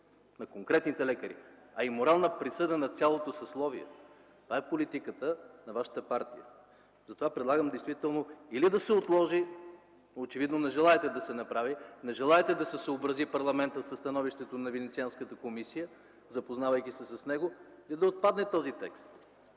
на конкретните лекари, а и морална присъда на цялото съсловие. Това е политиката на вашата партия. Затова предлагам действително или да се отложи – очевидно не желаете да се направи, не желаете да се съобрази парламента със становището на Венецианската комисия, запознавайки се с него, и да отпадне този текст.